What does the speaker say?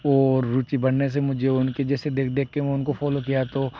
और रुचि बढ़ने से मुझे उनके जैसे देख देख के मैं उनको फॉलो किया तो